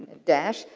and dash.